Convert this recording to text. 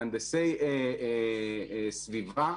מהנדסי סביבה,